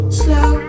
slow